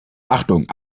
achtung